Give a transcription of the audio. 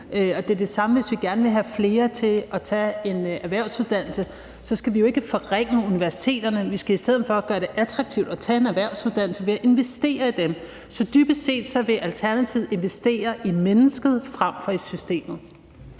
Og det er det samme, hvis vi gerne vil have flere til at tage en erhvervsuddannelse. Så skal vi jo ikke forringe universiteterne; vi skal i stedet gøre det attraktivt at tage en erhvervsuddannelse ved at investere i dem. Så dybest set vil Alternativet investere i mennesket frem for i systemet.